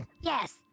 yes